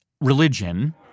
religion